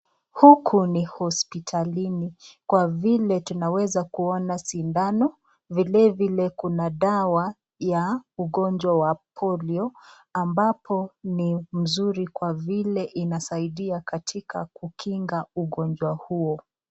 Huku ni hospitalini kwa vile tunaweza kuona sindano vile vile kuna dawa ya ugonjwa wa polio ambapo ni mzuri kwa vile inasaidia katika kukinga ugonjwa huo.